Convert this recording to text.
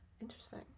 Interesting